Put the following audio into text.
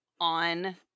on